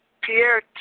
Pierre